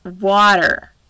water